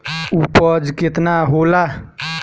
उपज केतना होला?